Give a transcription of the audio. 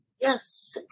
Yes